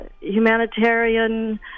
humanitarian